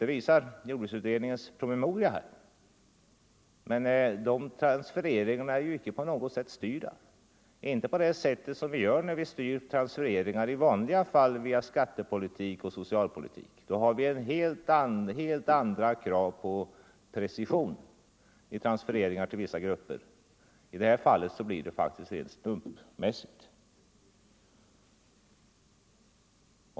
Det visar jordbruksutredningens promemoria, men dessa transfereringar är icke på något sätt styrda, i varje fall inte på det sätt som transfereringar i vanliga fall styrs via skattepolitik och socialpolitik. Då har vi helt andra krav på precision vid transfereringar till vissa grupper. I det här fallet blir det rent slumpmässigt.